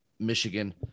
michigan